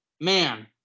Man